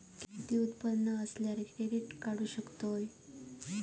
किती उत्पन्न असल्यावर क्रेडीट काढू शकतव?